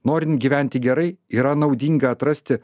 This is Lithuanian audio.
norin gyventi gerai yra naudinga atrasti